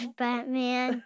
batman